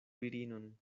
virinon